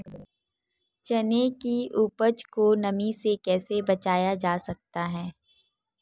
चने की उपज को नमी से कैसे बचाया जा सकता है?